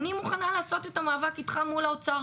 אני את מוכנה לעשות את המאבק איתך מול האוצר,